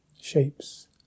Shapes